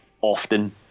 often